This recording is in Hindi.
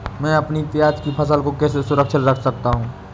मैं अपनी प्याज की फसल को कैसे सुरक्षित रख सकता हूँ?